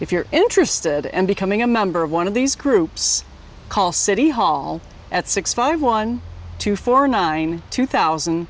if you're interested and becoming a member of one of these groups call city hall at six five one two four nine two thousand